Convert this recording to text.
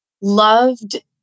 loved